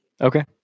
Okay